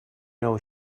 know